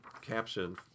caption